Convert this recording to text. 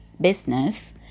business